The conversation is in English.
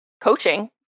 coaching